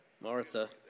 Martha